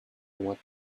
what